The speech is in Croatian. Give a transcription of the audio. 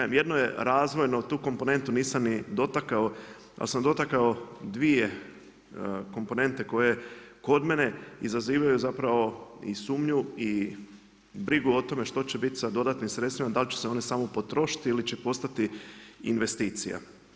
Jedno je razvojno tu komponentu nisam ni dotako, ali sam dotakao dvije komponente koje kod mene izazivaju i sumnju i brigu o tome što će biti sa dodatnim sredstvima, da li će se one samo potrošiti ili će postati investicija.